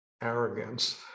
arrogance